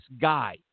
guy